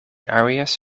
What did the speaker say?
areas